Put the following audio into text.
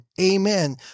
Amen